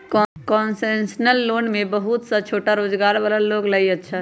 concessional loan में बहुत सा छोटा रोजगार वाला लोग ला ई अच्छा हई